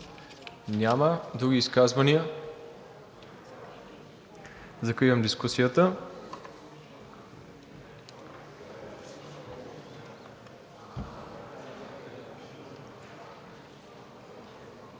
Няма. Други изказвания? Закривам дискусията.